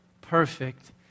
perfect